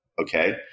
Okay